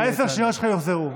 עשר השניות שלך יוחזרו.